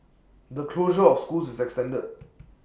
the closure of schools is extended